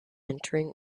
entering